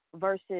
versus